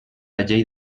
llei